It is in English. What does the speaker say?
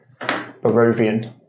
Barovian